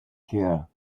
here